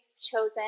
chosen